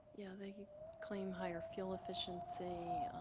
yeah. they could claim higher fuel efficiency.